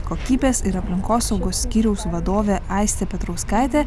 kokybės ir aplinkosaugos skyriaus vadovė aistė petrauskaitė